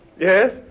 Yes